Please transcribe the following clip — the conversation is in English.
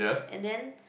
and then